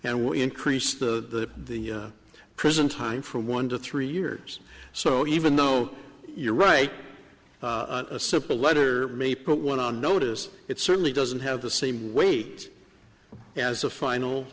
and will increase the prison time for one to three years so even though you're right a simple letter may put one on notice it certainly doesn't have the same weight as a final